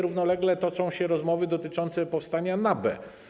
Równolegle toczą się rozmowy dotyczące powstania NABE.